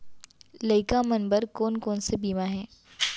लइका मन बर कोन कोन से बीमा हे?